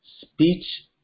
speech